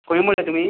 खंय म्हणलें तुमी